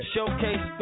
Showcase